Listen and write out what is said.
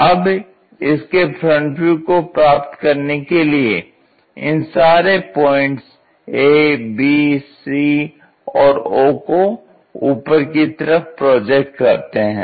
अब इसके front view को प्राप्त करने के लिए इन सारे पॉइंट्स a b c और o को ऊपर की तरह प्रोजेक्ट करते हैं